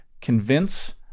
convince